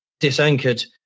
disanchored